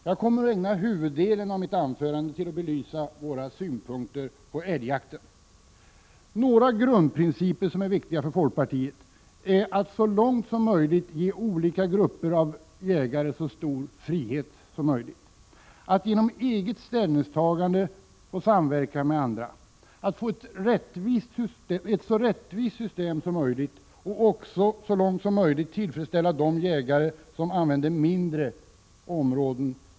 Jag kommer att ägna huvuddelen av mitt anförande åt att belysa våra synpunkter på älgjakten. Jag vill till att börja med redovisa några grundprinciper som är viktiga för folkpartiet. En sådan är att så långt som möjligt ge olika grupper av jägare så stor frihet som möjligt när det gäller att genom egna ställningstaganden samverka med andra. Vidare är det viktigt att få ett så rättvist system som möjligt och också att så långt som möjligt tillfredsställa jägare med mindre jaktområden.